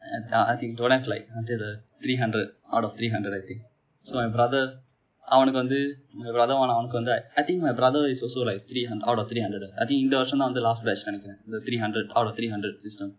and uh I think don't have like until the three hundred out of three hundred I think so my brother அவனுக்கு வந்து:avanukku vanthu my brother one அவனுக்கு வந்து:avanukku vanthu I I think my brother is also like three hundred out of three hundred I think இந்த வரிடம் தான்:intha varidam thaan last batch என்று நினைக்கிறேன்:endru ninaikiren the three hundred out of three hundred system